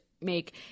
make